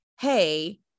hey